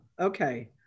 Okay